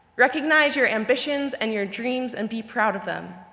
recognize your ambitions and your dreams and be proud of them.